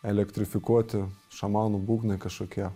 elektrifikuoti šamanų būgnai kažkokie